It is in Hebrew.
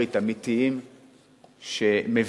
בעלי-ברית אמיתיים שמבינים,